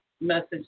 message